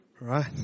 Right